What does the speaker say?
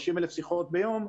30,000 שיחות ביום,